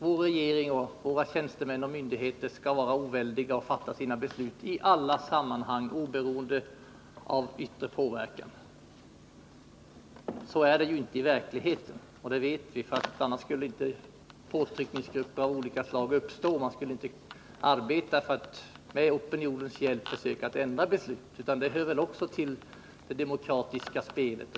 Vår regering, våra tjänstemän och våra myndigheter skall i alla sammanhang vara oväldiga och fatta sina beslut oberoende av yttre påverkan. Så är det ju inte i verkligheten, och det vet vi. Vore det så skulle inte påtryckningsgrupper av olika slag uppstå. Man skulle inte arbeta för att med opinionens hjälp försöka ändra beslut. Det hör väl också till det demokratiska spelet.